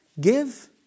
Give